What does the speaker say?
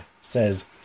says